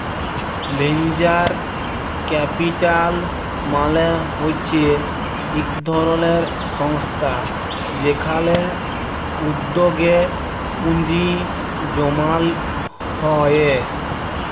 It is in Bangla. ভেঞ্চার ক্যাপিটাল মালে হচ্যে ইক ধরলের সংস্থা যেখালে উদ্যগে পুঁজি জমাল হ্যয়ে